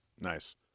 Nice